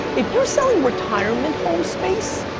if you're selling retirement home space,